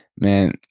Man